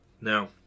Now